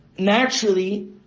Naturally